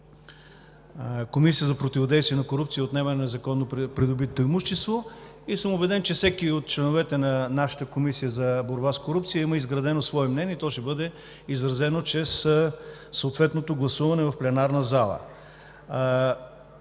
Комисията за противодействие на корупцията и отнемане на незаконно придобитото имущество, и съм убеден, че всеки от членовете на нашата Комисия за борба с корупцията има изградено мнение и то ще бъде изразено чрез съответното гласуване в пленарна зала.